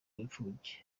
w’imfubyi